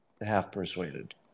half-persuaded